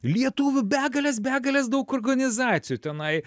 lietuvių begalės begalės daug organizacijų tenai